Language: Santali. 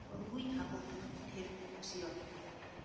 ᱨᱩᱭ ᱦᱟᱠᱩᱜᱮ ᱰᱷᱮᱨ ᱠᱚ ᱠᱩᱥᱤᱣᱟᱠᱚᱣᱟ